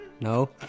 No